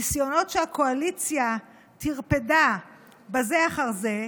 ניסיונות שהקואליציה טרפדה בזה אחר זה,